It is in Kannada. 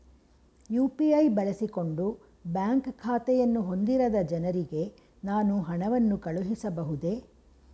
ಯು.ಪಿ.ಐ ಬಳಸಿಕೊಂಡು ಬ್ಯಾಂಕ್ ಖಾತೆಯನ್ನು ಹೊಂದಿರದ ಜನರಿಗೆ ನಾನು ಹಣವನ್ನು ಕಳುಹಿಸಬಹುದೇ?